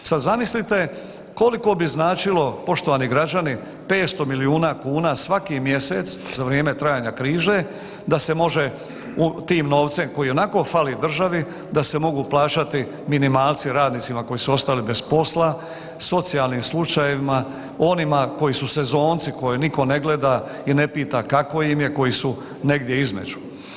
Sada zamislite koliko bi značilo, poštovani građani, 500 milijuna kuna svaki mjesec za vrijeme trajanja krize da se može tim novcem koji i onako fali državi, da se mogu plaćati minimalci radnicima koji su ostali bez posla, socijalnim slučajevima, onima koji su sezonci koje niko ne gleda i ne pita kako im je koji su negdje između.